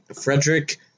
Frederick